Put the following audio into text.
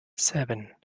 seven